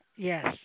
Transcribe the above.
Yes